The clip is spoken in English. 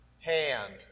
hand